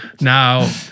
Now